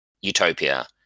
utopia